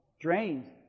Drained